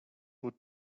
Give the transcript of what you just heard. would